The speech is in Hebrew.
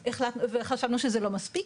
וחשבנו שזה לא מספיק